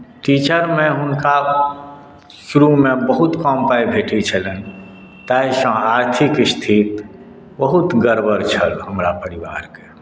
टीचरमे हुनका शुरूमे बहुत कम पाइ भेटैत छलनि ताहिसँ आर्थिक स्थिति बहुत गड़बड़ छल हमरा परिवारके